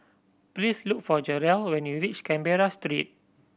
please look for Jarrell when you reach Canberra Street